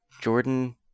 Jordan